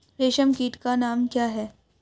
रेशम कीट का नाम क्या है?